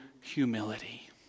humility